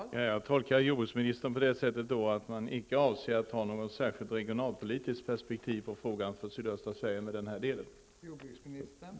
Fru talman! Jag tolkar jordbruksministerns svar så, att man icke avser att ha något särskilt regionalpolitiskt perspektiv vad gäller frågan om sydöstra Sverige i det här avseendet.